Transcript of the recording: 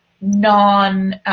non